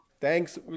Thanks